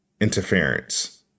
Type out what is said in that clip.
interference